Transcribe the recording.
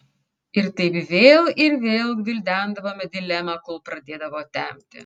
ir taip vėl ir vėl gvildendavome dilemą kol pradėdavo temti